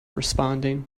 responding